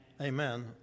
Amen